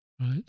right